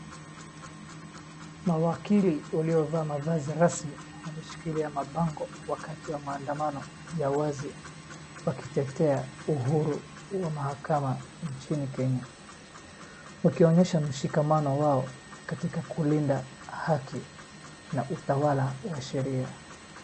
Mawakili waliovaa mavazi rasmi wameshikilia mabango wakati wa maandamano ya wazi wakitetea uhuru wa mahakama nchini Kenya. Wakionyesha mshikamano wao katika kulinda haki na utawala wa sheria.